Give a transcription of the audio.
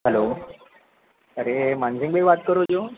hello અરે માનસિંગભાઈ વાત કરો છો